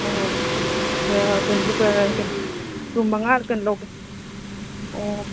ꯑꯣ ꯀꯩꯅꯣ ꯕꯨꯛ ꯔꯨꯝ ꯃꯉꯥ ꯀꯩꯅꯣ ꯂꯧꯒꯦ ꯑꯣ